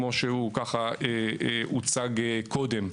כמו שהוא הוצג קודם,